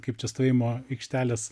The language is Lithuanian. kaip čia stovėjimo aikštelės